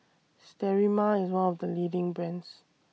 Sterimar IS one of The leading brands